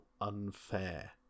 unfair